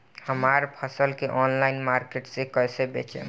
हमार फसल के ऑनलाइन मार्केट मे कैसे बेचम?